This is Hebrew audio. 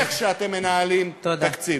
איך שאתם מנהלים תקציב.